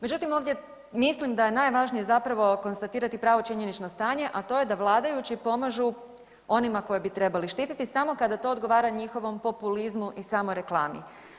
Međutim, ovdje mislim da je najvažnije zapravo konstatirati pravo činjenično stanje, a to je da vladajući pomažu onima koje bi trebali štititi samo kada to odgovara njihovom populizmu i samoreklami.